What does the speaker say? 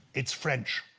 it's french.